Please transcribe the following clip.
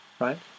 right